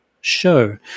show